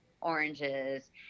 oranges